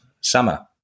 Summer